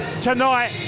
Tonight